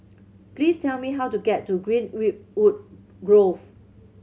please tell me how to get to Green wood Grove